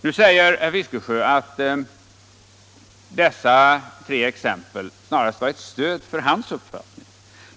Nu säger herr Fiskesjö att dessa tre exempel snarast var ett stöd för hans uppfattning.